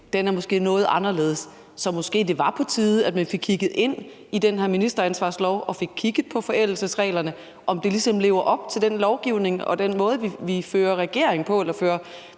dag, er noget anderledes, så måske var det på tide, at man fik kigget ind i den her ministeransvarlighedslov og fik kigget på forældelsesreglerne – om det ligesom lever op til den lovgivning, vi har, og den måde, vi fører regering på, og den